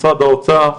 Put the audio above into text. משרד האוצר,